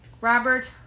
robert